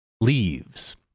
leaves